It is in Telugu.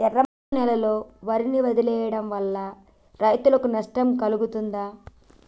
ఎర్రమన్ను నేలలో వరి వదిలివేయడం వల్ల రైతులకు నష్టం కలుగుతదా?